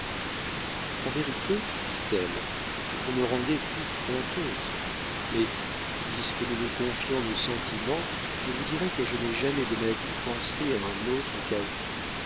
en vérité dit-elle vous me rendez tout honteuse mais puisque nous nous confions nos sentiments je vous dirai que je n'ai jamais de ma vie pensé à un autre qu'à vous